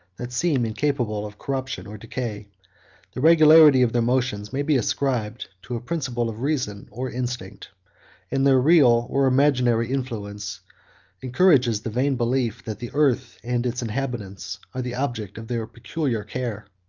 that seem incapable of corruption or decay the regularity of their motions may be ascribed to a principle of reason or instinct and their real, or imaginary, influence encourages the vain belief that the earth and its inhabitants are the object of their peculiar care.